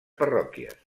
parròquies